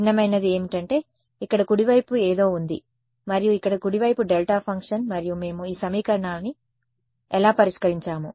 భిన్నమైనది ఏమిటంటే ఇక్కడ కుడి వైపు ఏదో ఉంది మరియు ఇక్కడ కుడి వైపు డెల్టా ఫంక్షన్ మరియు మేము ఈ సమీకరణాన్ని ఎలా పరిష్కరించాము